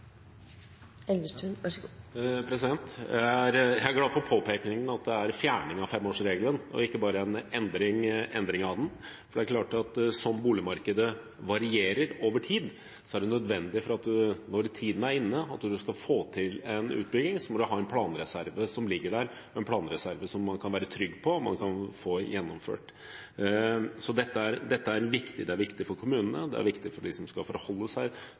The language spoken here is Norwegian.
glad for påpekningen av at det er fjerning av femårsregelen og ikke bare en endring av den. Det er klart at slik boligmarkedet varierer over tid, er det nødvendig for at man skal få til en utbygging – når tiden er inne – at man har en planreserve som ligger der, og som man kan være trygg på at man kan få gjennomført. Dette er viktig – det er viktig for kommunene, det er viktig for de som skal forholde seg